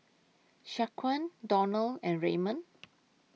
Shaquan Donald and Raymond